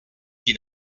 qui